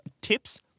tips